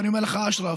ואני אומר לך: אשרף,